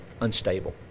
unstable